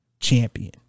champion